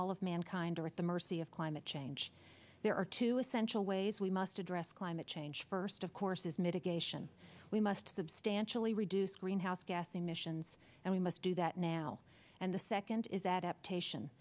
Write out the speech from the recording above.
all of mankind or at the mercy of climate change there are two essential ways we must address climate change first of course is mitigation we must substantially reduce greenhouse gas emissions and we must do that now and the second is adaptation